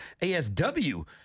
ASW